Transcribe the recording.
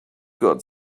got